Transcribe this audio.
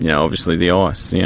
yeah obviously the ice, yeah